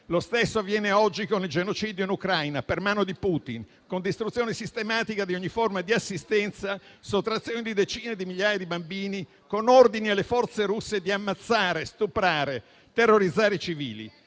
lo stesso avviene oggi con il genocidio in Ucraina per mano di Putin, con distruzione sistematica di ogni forma di assistenza, sottrazione di decine di migliaia di bambini, con ordini alle forze russe di ammazzare, stuprare e terrorizzare i civili.